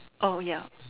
oh ya